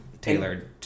tailored